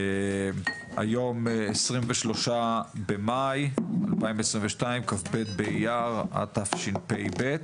היום 23 במאי 2022 כ"ב באייר התשפ"ב.